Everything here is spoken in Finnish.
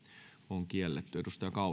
on kielletty